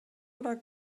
oder